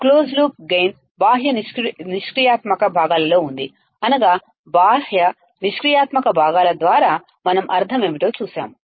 closed loop gain బాహ్య నిష్క్రియాత్మక భాగాలలో ఉంది అనగా బాహ్య నిష్క్రియాత్మక భాగాల ద్వారా మనం అర్థం ఏమిటో చూశాము